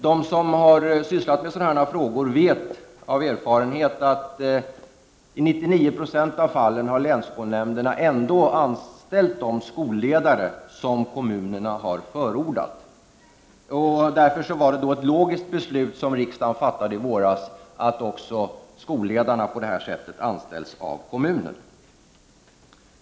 De som sysslat med sådana här frågor vet av erfarenhet att länsskolnämnderna i 99 26 av fallen har anställt de skolledare som kommunerna har förordat. Därför var det ett logiskt beslut som riksdagen fattade i våras att också skolledarna på det här sättet anställs av kommunen.